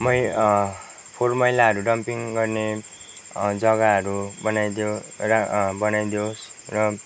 मै फोहोर मैलाहरू डम्पिङ गर्ने जग्गाहरू बनाइदियोस् र बनाइदेयोस् र